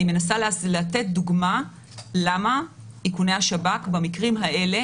אני מנסה לתת דוגמה למה איכוני השב"כ במקרים האלה,